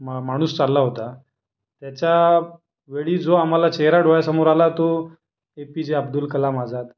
मा माणूस चालला होता त्याच्या वेळी जो आम्हाला चेहरा डोळ्यासमोर आला तो A P J Abdul Kalam Azad